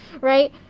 Right